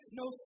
no